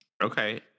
Okay